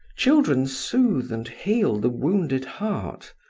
children soothe and heal the wounded heart.